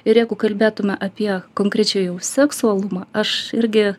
ir jeigu kalbėtume apie konkrečiai jau seksualumą aš irgi